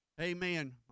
Amen